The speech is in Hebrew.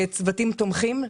צוותים תומכים,